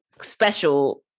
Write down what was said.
special